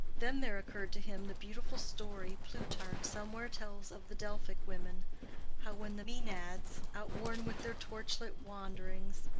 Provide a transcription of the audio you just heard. then there occurred to him the beautiful story plutarch somewhere tells of the delphic women how when the maenads, outworn with their torch-lit wanderings,